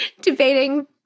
debating